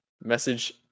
Message